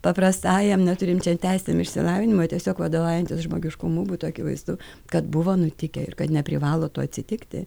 paprastajam neturinčiam teisinio išsilavinimo tiesiog vadovaujantis žmogiškumu būtų akivaizdu kad buvo nutikę ir kad neprivalo to atsitikti